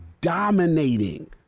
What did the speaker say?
dominating